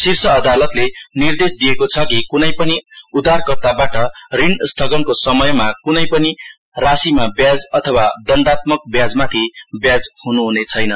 शीर्ष अदालतले निर्देश दिएको छ कि कुनै पनि उधारकर्ताबाट ऋण स्थगनको समयमा कनै पनि राशिमा ब्याज अथवा दण्डात्मक ब्याजमाथि ब्याज हुनुहुनेछैन